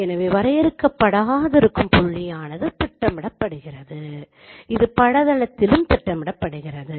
எனவே வரையறுக்கப்படாதிருக்கும் புள்ளியானது திட்டமிடப்படுகிறது அது பட தளத்திலும் திட்டமிடப்படுகிறது